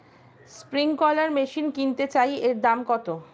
Sprinkler machine কিনতে চাই এর দাম কত?